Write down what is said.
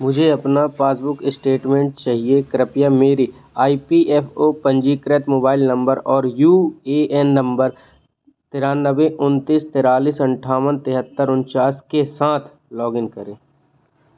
मुझे अपना passbook statement चाहिए कृपया मेरे ई पी एफ़ ओ पंजीकृत मोबाइल नम्बर और यू ए एन नम्बर नौ तीन दो नौ चार तीन पाँच आठ सात तीन चार नोनौके साथ लॉगिन करें